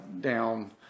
down